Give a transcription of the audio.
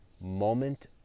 moment